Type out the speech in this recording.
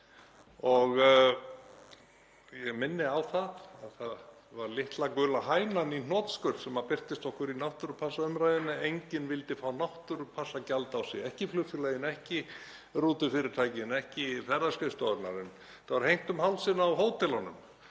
Ég minni á að það var litla gula hænan í hnotskurn sem birtist okkur í náttúrupassaumræðunni. Enginn vildi fá náttúrupassagjald á sig, ekki flugfélögin, ekki rútufyrirtækin og ekki ferðaskrifstofurnar, en þetta var hengt um hálsinn á hótelunum